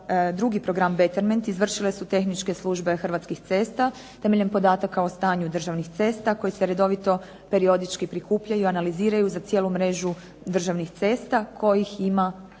drugi program Betterment izvršile su tehničke službe Hrvatskih cesta temeljem podataka o stanju državnih cesta koji se redovito, periodički prikupljaju i analiziraju za cijelu mrežu državnih cesta kojih ima